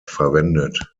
verwendet